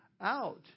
out